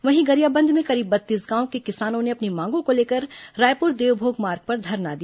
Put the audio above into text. वहीं गरियाबंद में करीब बत्तीस गांवों के किसानों ने अपनी मांगों को लेकर रायपुर देवभोग मार्ग पर धरना दिया